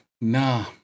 Nah